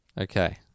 Okay